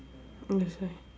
mm that's why